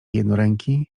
jednoręki